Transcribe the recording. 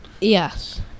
Yes